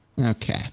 Okay